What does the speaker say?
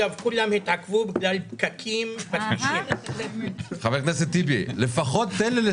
במסגרת דיוני התקציב אנחנו מזמינים לכאן